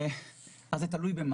תלוי.